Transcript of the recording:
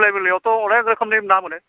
दिब्लाइ बिलोआवथ' अनेख रोखोमनि ना मोनो